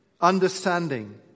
understanding